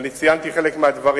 וציינתי חלק מהדברים.